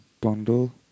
bundle